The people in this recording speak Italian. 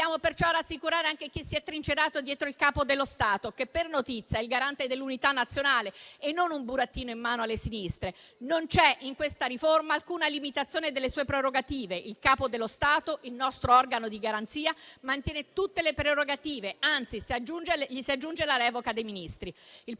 perciò rassicurare anche che si è trincerato dietro il Capo dello Stato che, per notizia, è il garante dell'unità nazionale e non un burattino in mano alle sinistre. Non c'è in questa riforma alcuna limitazione delle sue prerogative. Il Capo dello Stato è il nostro organo di garanzia, mantiene tutte le prerogative, anzi gli si aggiunge la revoca dei Ministri. Il